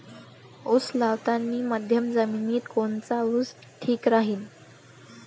उस लावतानी मध्यम जमिनीत कोनचा ऊस ठीक राहीन?